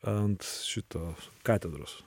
ant šito katedros